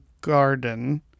garden